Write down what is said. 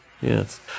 Yes